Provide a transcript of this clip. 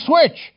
switch